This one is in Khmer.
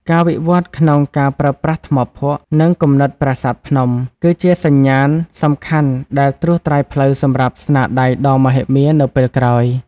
ការវិវត្តន៍ក្នុងការប្រើប្រាស់ថ្មភក់ និងគំនិតប្រាសាទភ្នំ គឺជាសញ្ញាណសំខាន់ដែលត្រួសត្រាយផ្លូវសម្រាប់ស្នាដៃដ៏មហិមានៅពេលក្រោយ។